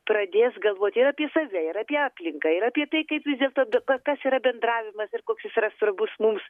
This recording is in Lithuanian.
pradės galvoti ir apie save ir apie aplinką ir apie tai kaip vis dėlto dabar kas yra bendravimas ir koks jis yra svarbus mums